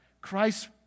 Christ